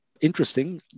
Interesting